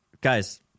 guys